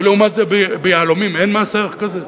ולעומת זאת ביהלומים אין מס ערך מוסף כזה?